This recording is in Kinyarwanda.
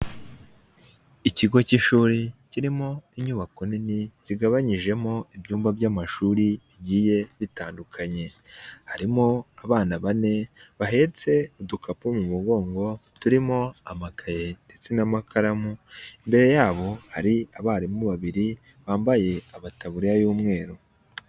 Ikigo cy'ishuri kirimo inyubako nini kigabanyijemo ibyumba by'amashuri bigiye bitandukanye, harimo abana bane bahetse udukapu mu mugongo turimo amakaye ndetse n'amakaramu, imbere yabo hari abarimu babiri bambaye amataburiya y'umweru.